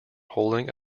holding